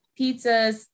pizzas